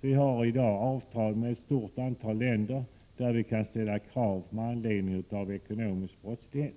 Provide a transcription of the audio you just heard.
Vi har i dag avtal med ett stort antal länder och kan ställa krav på utlämning i fall av ekonomisk brottslighet.